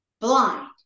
blind